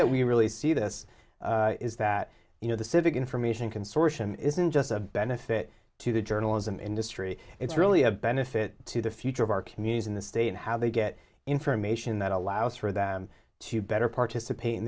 that we really see this is that you know the civic information consortium isn't just a benefit to the journalism industry it's really a benefit to the future of our communities in the state and how they get information that allows for them to better participate in